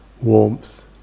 warmth